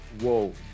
whoa